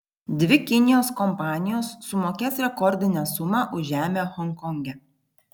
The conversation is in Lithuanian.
dvi kinijos kompanijos sumokės rekordinę sumą už žemę honkonge